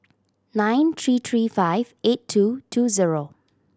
nine three three five eight two two zero